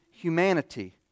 humanity